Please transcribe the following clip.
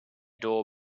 door